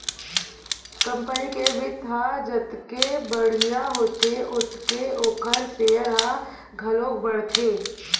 company के बित्त ह जतके बड़िहा होथे ओतके ओखर सेयर ह घलोक बाड़थे